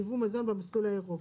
ייבוא מזון במסלול האירופי.